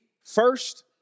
first